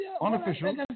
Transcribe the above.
unofficial